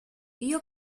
iyo